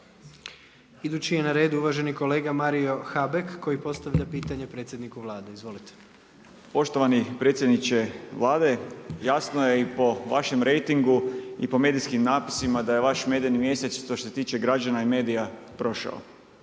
Idući je na redu uvaženi kolega Mario Habek koji postavlja pitanje predsjedniku Vlade. Izvolite. **Habek, Mario (SDP)** Poštovani predsjedniče Vlade, jasno je i po vašem rejtingu i po medijskim napisima da je vaš medeni mjesec što se tiče građana i medija prošao.